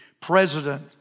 president